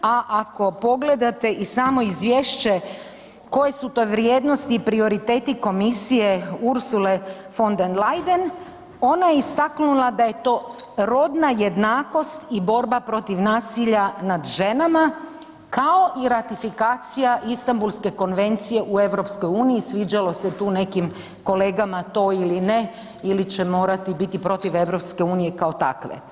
A ako pogledate i samo izvješće koje su to vrijednosti i prioriteti komisije Ursule von der Leyen, ona je istaknula da je to rodna jednakost i borba protiv nasilja nad ženama, kao i ratifikacija Istambulske konvencije u EU, sviđalo se tu nekim kolegama to ili ne ili će morati biti protiv EU kao takve.